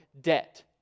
debt